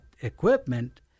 equipment